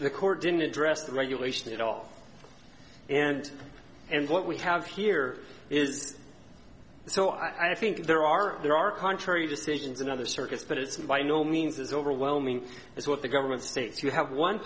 the court didn't address the regulation at all and and what we have here is so i think there are there are contrary decisions in other circuits but it's by no means as overwhelming as what the government states you have one